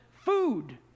food